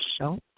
show